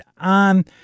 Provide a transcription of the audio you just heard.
on